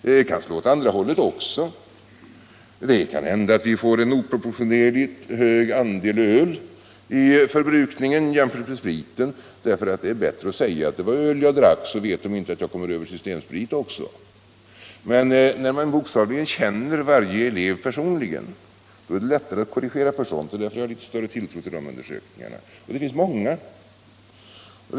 Det kan slå åt andra hållet också. Det kan hända att vi får en oproportionerligt hög andel öl i förbrukningen jämfört med sprit, därför att de resonerar så här: Det är bättre att säga att det var öl jag drack, så vet de inte att jag har kommit över systemsprit också. — Men när man bokstavligen känner varje elev personligen är det lättare att korrigera för sådant. Det är därför jag har litet större tilltro till de undersökningarna, och det finns många sådana.